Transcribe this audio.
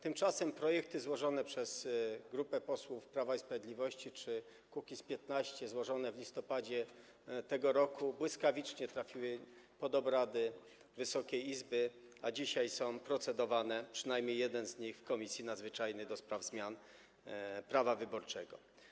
Tymczasem projekty złożone przez grupę posłów Prawa i Sprawiedliwości czy Kukiz’15 w listopadzie tego roku błyskawicznie trafiły pod obrady Wysokiej Izby, a dzisiaj są procedowane, przynajmniej jeden z nich, w komisji nadzwyczajnej ds. zmian prawa wyborczego.